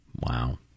Wow